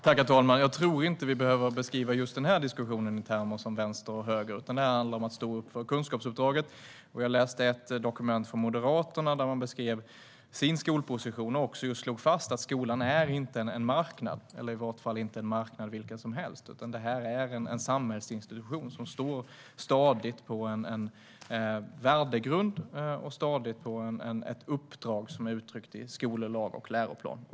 Herr talman! Jag tror inte att vi behöver beskriva just denna diskussion i termer som vänster och höger, utan detta handlar om att stå upp för kunskapsuppdraget. Jag läste ett dokument från Moderaterna, där de beskriver sin skolposition och slår fast att skolan inte är en marknad - i varje fall inte en marknad vilken som helst - utan att skolan är en samhällsinstitution som står stadigt på en värdegrund och på ett uppdrag som är uttryckta i skollag och läroplan.